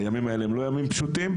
הימים האלה הם לא ימים פשוטים.